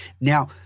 Now